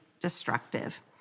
destructive